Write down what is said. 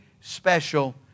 special